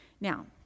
Now